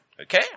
Okay